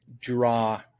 draw